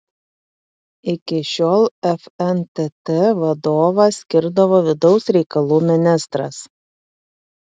iki šiol fntt vadovą skirdavo vidaus reikalų ministras